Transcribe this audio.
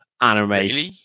anime